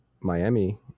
Miami